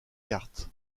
carte